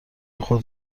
خود